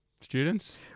students